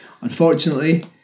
unfortunately